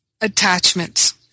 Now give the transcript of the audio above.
attachments